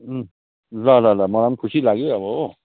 ल ल मलाई खुसी लाग्यो अब हो